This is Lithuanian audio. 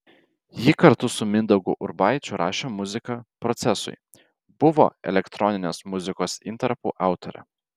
ji kartu su mindaugu urbaičiu rašė muziką procesui buvo elektroninės muzikos intarpų autorė